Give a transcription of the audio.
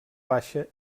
baixa